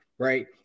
Right